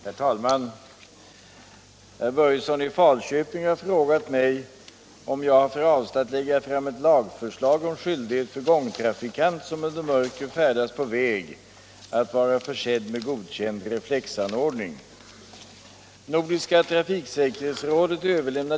Herr talman! Herr Börjesson i Falköping har frågat mig om jag har för avsikt att lägga fram ett lagförslag om skyldighet för gångtrafikant som under mörker färdas på väg att vara försedd med godkänd reflexanordning.